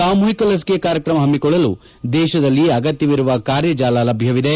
ಸಾಮೂಹಿಕ ಲಸಿಕೆ ಕಾರ್ಯಕ್ರಮ ಹಮ್ನಿಕೊಳ್ಳಲು ದೇತದಲ್ಲಿ ಅಗತ್ತವಿರುವ ಕಾರ್ಯಜಾಲ ಲಭ್ಯವಿದೆ